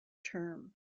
term